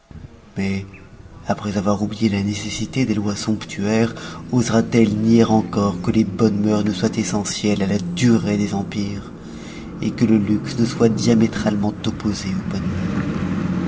après avoir oublié la nécessité des lois somptuaires osera t elle nier encore que les bonnes mœurs ne soient essentielles à la durée des empires que le luxe ne soit diamétralement opposé aux bonnes